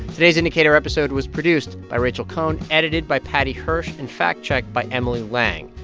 today's indicator episode was produced by rachel cohn, edited by paddy hirsch and fact-checked by emily lang.